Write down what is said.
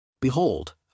Behold